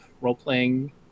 role-playing